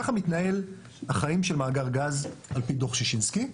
ככה מתנהלים החיים של מאגר גז על פי דו"ח שישינסקי.